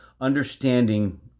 understanding